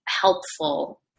helpful